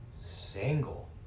single